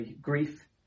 grief